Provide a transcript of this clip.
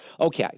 okay